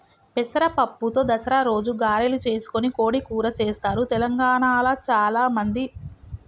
పెసర పప్పుతో దసరా రోజు గారెలు చేసుకొని కోడి కూర చెస్తారు తెలంగాణాల చాల మంది